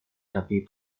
tapi